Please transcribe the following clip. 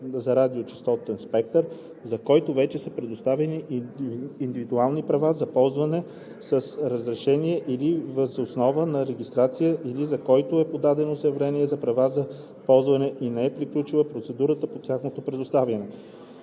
за радиочестотен спектър, за който вече са предоставени индивидуални права за ползване с разрешение или въз основа на регистрация или за който е подадено заявление за права за ползване и не е приключила процедурата по тяхното предоставяне,